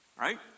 Right